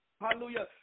Hallelujah